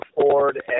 Ford